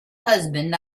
husband